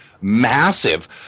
massive